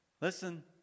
Listen